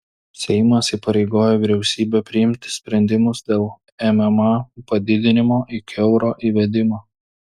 seimas įpareigojo vyriausybę priimti sprendimus dėl mma padidinimo iki euro įvedimo